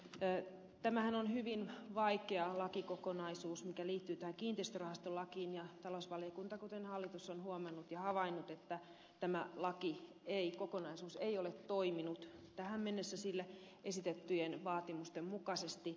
tämähän on hyvin vaikea lakikokonaisuus mikä liittyy tähän kiinteistörahastolakiin ja talousvaliokunta kuten hallitus on huomannut ja havainnut että tämä lakikokonaisuus ei ole toiminut tähän mennessä sille esitettyjen vaatimusten mukaisesti